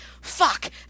fuck